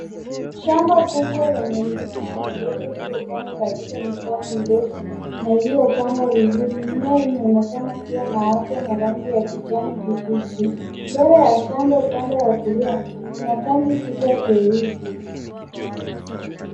Shamba kubwa lenye mimea midogo iliyopandwa katika mistari mirefu na iliyopangwa vizuri. Mimea hii inaonekana kuwa na afya na rangi ya kijani kibichi. Mbele ya shamba upande wa kulia kuna tanki kubwa cheusi.